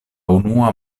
unua